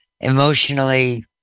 emotionally